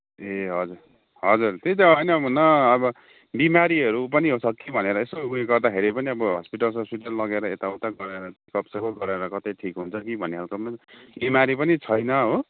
ए हजुर हजुर त्यही त होइन न अब बिमारीहरू पनि छ कि भनेर एसो उयो गर्दाखेरि पनि अब हस्पिटल सस्पिटल लगेर यताउता गराएर साफसुफ गराएर कतै ठीक हुन्छ कि भन्ने खालको पनि बिमारी पनि छैन हो